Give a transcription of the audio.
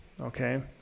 okay